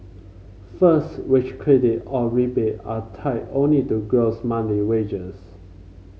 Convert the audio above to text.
first wage credit or rebate are tied only to gross monthly wages